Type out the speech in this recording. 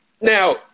Now